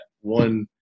one